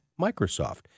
Microsoft